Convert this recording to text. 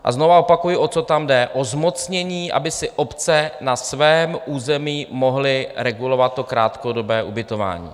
A znovu opakuji, o co tam jde: o zmocnění, aby si obce na svém území mohly regulovat krátkodobé ubytování.